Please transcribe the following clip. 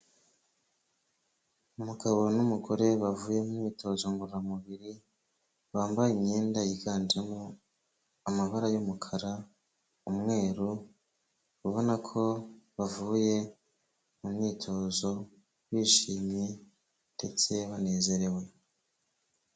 Umugabo n'umugore bavuye mu myitozo ngororamubiri, bambaye imyenda yiganjemo amabara y'umukara, umweru ubona ko bavuye mu myitozo bishimye ndetse banezerewe.